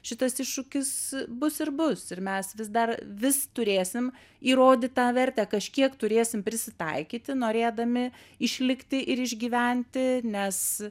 šitas iššūkis bus ir bus ir mes vis dar vis turėsim įrodyt tą vertę kažkiek turėsim prisitaikyti norėdami išlikti ir išgyventi nes